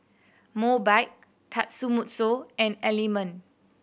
Mobike Tatsumoto and Element